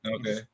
okay